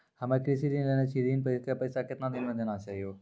हम्मे कृषि ऋण लेने छी ऋण के पैसा दोबारा कितना दिन मे देना छै यो?